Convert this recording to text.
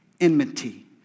enmity